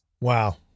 Wow